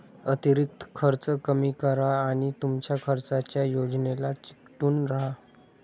अतिरिक्त खर्च कमी करा आणि तुमच्या खर्चाच्या योजनेला चिकटून राहा